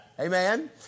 Amen